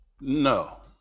No